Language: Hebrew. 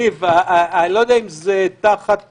ניב, לא יודע אם זה תחת